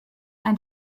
ein